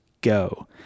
go